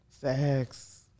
Sex